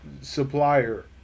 supplier